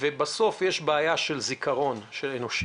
ובסוף יש בעיה של זיכרון אנושי.